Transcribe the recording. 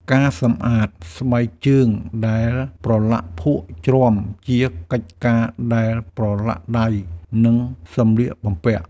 ការសម្អាតស្បែកជើងដែលប្រឡាក់ភក់ជ្រាំ ជាកិច្ចការដែលប្រឡាក់ដៃ និងសម្លៀកបំពាក់។